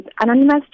Anonymous